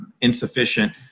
insufficient